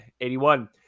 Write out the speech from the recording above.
81